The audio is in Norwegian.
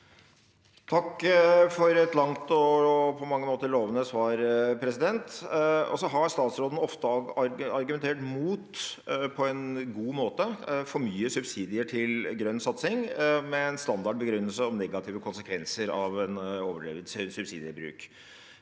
Takk for et langt og på mange måter lovende svar. Statsråden har på en god måte ofte argumentert mot for mye subsidier til grønn satsing med en standardbegrunnelse om negative konsekvenser av en overdreven subsidiebruk.